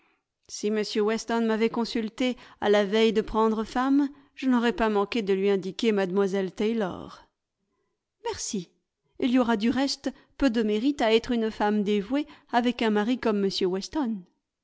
si m weston m'avait consulté à la veille de prendre femme je n'aurais pas manqué de lui indiquer mlle taylor merci il y aura du reste peu de mérite à être une femme dévouée avec un mari comme m weston